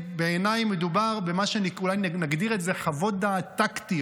בעיניי מדובר במה שאולי נגדיר אותו חוות דעת טקטיות